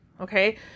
Okay